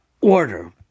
order